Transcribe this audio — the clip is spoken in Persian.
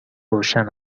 روشن